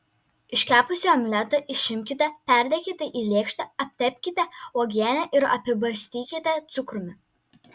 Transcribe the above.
iškepusį omletą išimkite perdėkite į lėkštę aptepkite uogiene ir apibarstykite cukrumi